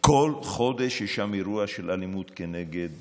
כל חודש יש שם אירוע של אלימות כנגד